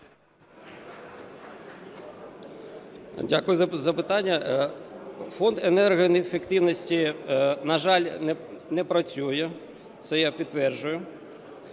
Дякую за запитання. Фонд енергоефективності, на жаль, не працює, це я підтверджую.